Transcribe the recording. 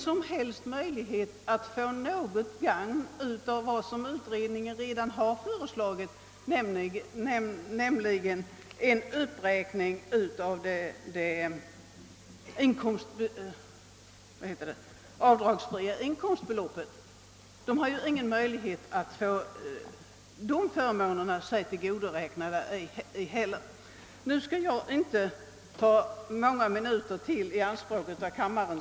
Dessa människor gagnas ju inte av vad utredningen redan har föreslagit, nämligen en uppräkning av det avdragsfria beloppet. De har ju ingen möjlighet att få tillgodoräkna sig denna förmån. Jag skall inte ta många minuter mer av kammarens tid i anspråk.